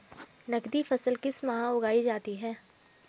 नकदी फसल किस माह उगाई जाती है?